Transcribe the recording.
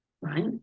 Right